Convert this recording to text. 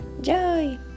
Joy